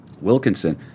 Wilkinson